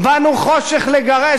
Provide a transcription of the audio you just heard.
"באנו חושך לגרש",